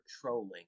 trolling